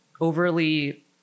overly